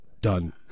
Done